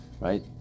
Right